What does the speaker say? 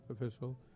official